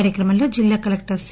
కార్యక్రమంలో జిల్లా collector C